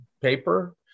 paper